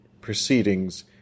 proceedings